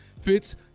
Fitz